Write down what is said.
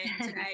today